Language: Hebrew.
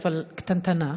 אבל קטנטנה.